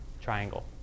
triangle